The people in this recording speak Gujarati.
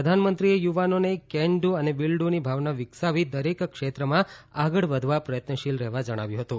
પ્રધાનમંત્રીએ યુવાનોને કેન ડુ અને વીલ ડુ ની ભાવના વિકસાવી દરેક ક્ષેત્રમાં આગળ વધવા પ્રયત્નશીલ રહેવા જણાવ્યું હતું